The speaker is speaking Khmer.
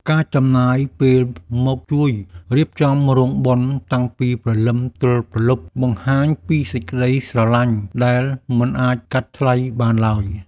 ការចំណាយពេលមកជួយរៀបចំរោងបុណ្យតាំងពីព្រលឹមទល់ព្រលប់ បង្ហាញពីសេចក្តីស្រឡាញ់ដែលមិនអាចកាត់ថ្លៃបានឡើយ។